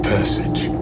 Passage